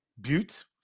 Butte